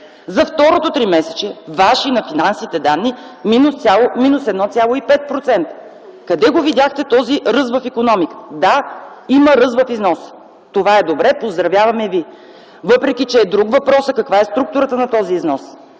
за второто тримесечие ваши – на финансите данни – минус 1,5%. Къде видяхте този ръст в икономиката? Да, има ръст в износа. Това е добре, поздравяваме ви, въпреки че е друг въпросът каква е структурата на този износ